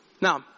Now